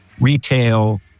retail